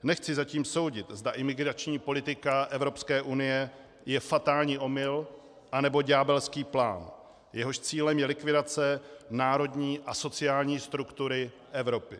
Nechci zatím soudit, zda imigrační politika Evropské unie je fatální omyl, anebo ďábelský plán, jehož cílem je likvidace národní a sociální struktury Evropy.